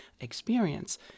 experience